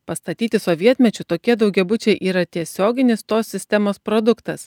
pastatyti sovietmečiu tokie daugiabučiai yra tiesioginis tos sistemos produktas